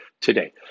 today